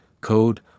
code